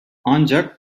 ancak